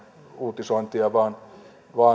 uutisointia tai